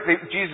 Jesus